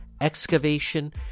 excavation